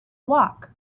walk